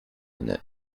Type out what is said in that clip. honneur